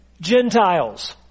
Gentiles